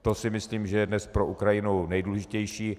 To si myslím, že je dnes pro Ukrajinu nejdůležitější.